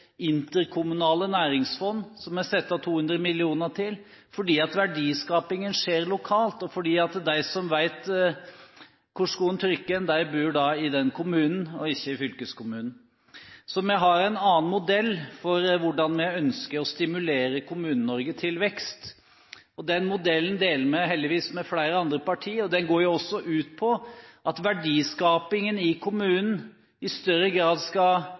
interkommunale næringsfond, som vi setter av 200 mill. kr til, fordi verdiskapingen skjer lokalt, og fordi at de som vet hvor skoen trykker, bor i vedkommende kommune, og ikke i fylkeskommunen. Så vi har en annen modell for hvordan vi ønsker å stimulere Kommune-Norge til vekst. Den modellen deler vi heldigvis med flere andre partier, og den går også ut på at verdiskapingen i kommunen i større grad skal